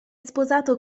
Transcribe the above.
sposato